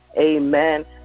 amen